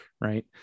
right